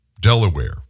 Delaware